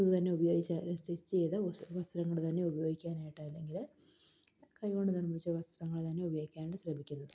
ഇതുതന്നെ ഉപയോഗിച്ച് സ്റ്റിച്ച് ചെയ്ത വസ്ത്രങ്ങള് തന്നെ ഉപയോഗിക്കാനായിട്ട് അല്ലെങ്കില് കൈകൊണ്ട് നിർമ്മിച്ച വസ്ത്രങ്ങള് തന്നെ ഉപയോഗിക്കാനായിട്ട് ശ്രമിക്കുന്നത്